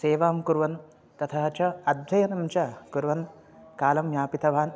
सेवां कुर्वन् तथा च अध्ययनं च कुर्वन् कालं यापितवान्